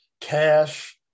cash